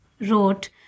wrote